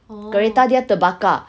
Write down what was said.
kereta dia terbakar